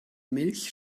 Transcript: milch